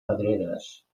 pedreres